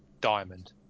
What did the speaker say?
Diamond